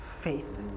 faith